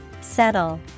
Settle